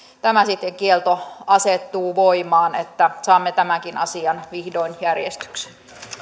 tämä kielto asettuu voimaan niin että saamme tämänkin asian vihdoin järjestykseen